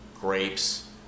Grapes